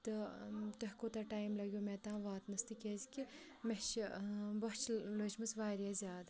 تہٕ تۄہہِ کوٗتاہ ٹایم لگیو مےٚ تام واتنَس تِکیٛازِکہِ مےٚ چھِ بۄچھِ لٔجمٕژ واریاہ زیادٕ